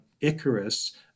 Icarus